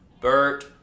Bert